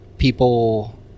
people